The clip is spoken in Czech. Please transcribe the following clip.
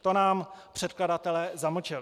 To nám předkladatelé zamlčeli.